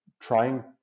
trying